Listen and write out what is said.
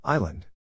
Island